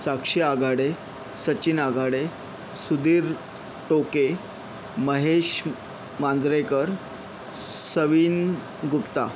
Sakshi Aghade Sachin Aghade Sudhir Toke Mahesh Manjrekar Savin Gupta